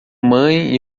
mãe